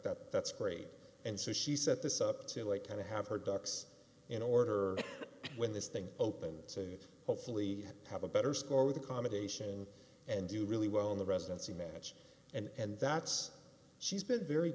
that that's great and so she set this up to like kind of have her ducks in order when this thing opened to hopefully have a better score with accommodation and do really well in the residency match and that's she's been very